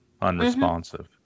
unresponsive